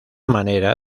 manera